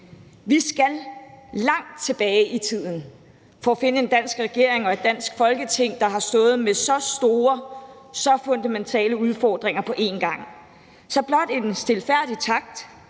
Vi skal langt tilbage i tiden for at finde en dansk regering og et Folketing, der har stået med så store, så fundamentale udfordringer på en gang. Så blot en stilfærdig tak